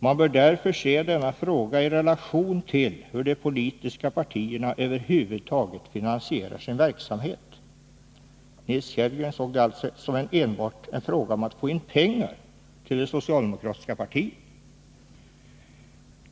Man bör därför se denna fråga i relation till hur de politiska partierna över huvud taget finansierar sin verksamhet.” Nils Kellgren såg alltså detta enbart som en fråga om att få pengar till det socialdemokratiska partiet.